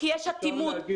עם כל הכבוד.